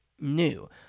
new